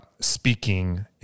speaking